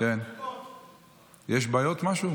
יש בעיות, משהו?